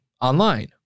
online